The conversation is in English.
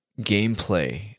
gameplay